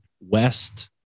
west